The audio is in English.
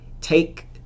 take